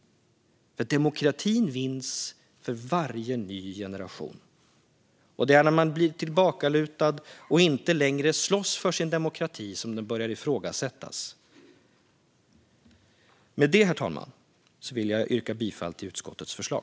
Demokratin vinns för varje ny generation. Det är när man blir tillbakalutad och inte längre slåss för sin demokrati som den börjar ifrågasättas. Herr talman! Med det yrkar jag bifall till utskottets förslag.